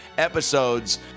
Episodes